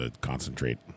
concentrate